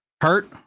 hurt